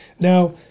Now